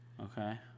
Okay